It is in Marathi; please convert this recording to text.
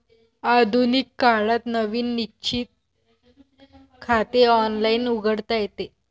आधुनिक काळात नवीन निश्चित खाते ऑनलाइन उघडता येते